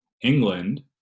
England